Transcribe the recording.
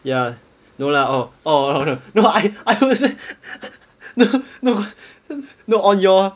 ya no lah oh oh no I I was no no no on your